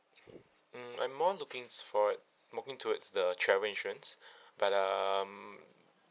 mm I'm more looking for looking towards the travel insurance but um